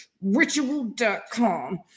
ritual.com